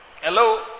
Hello